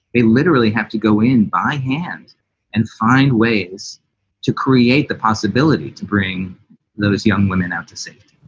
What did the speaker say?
they literally have to go in by hand and find ways to create the possibility to bring those young women out to safety.